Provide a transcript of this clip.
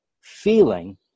feeling